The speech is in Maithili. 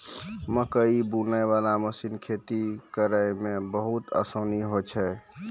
मकैइ बुनै बाला मशीन खेती करै मे बहुत आसानी होय छै